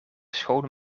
schoon